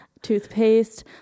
toothpaste